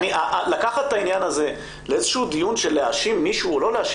לקחת את העניין הזה לאיזשהו דיון להאשים מישהו לא,